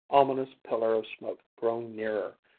ominous pillar of smoke growing nearer.